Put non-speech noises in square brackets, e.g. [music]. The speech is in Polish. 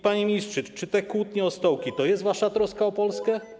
Panie ministrze, czy te kłótnie o stołki [noise] to jest wasza troska o Polskę?